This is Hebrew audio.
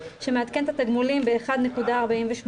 שמעדכן את התגמולים ב-1.48%.